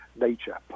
nature